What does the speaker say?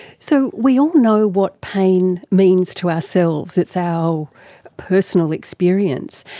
so we all know what pain means to ourselves, it's our personal experience,